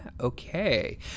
okay